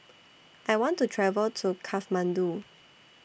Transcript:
I want to travel to Kathmandu